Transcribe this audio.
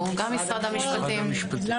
שלום, אני